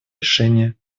решения